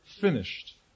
Finished